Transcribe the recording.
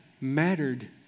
mattered